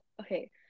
okay